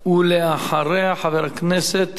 ואחריה, חבר הכנסת